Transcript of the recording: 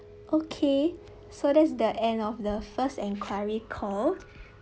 okay so that's the end of the first inquiry call